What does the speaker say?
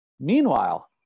Meanwhile